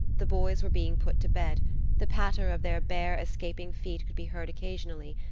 the boys were being put to bed the patter of their bare, escaping feet could be heard occasionally,